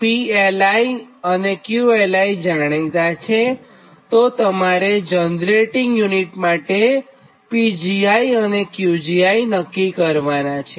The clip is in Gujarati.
તો આ PLi અને QLi જાણીતા છે અને તમારે જનરેટિંગ યુનિટ માટે Pgi અને Qgi નક્કી કરવાનાં છે